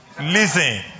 Listen